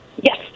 Yes